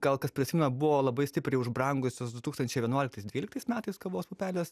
gal kas prisimena buvo labai stipriai užbrangusios du tūkstančiai vienuoliktais dvyliktais metais kavos pupelės